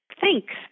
Thanks